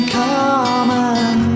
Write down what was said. common